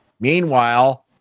Meanwhile